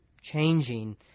changing